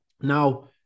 Now